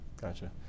Gotcha